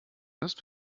ist